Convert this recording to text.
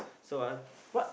so uh what